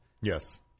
Yes